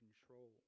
control